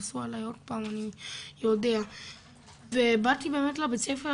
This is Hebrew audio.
יעשו עליי עוד פעם אני יודע ובאתי באמת לבית הספר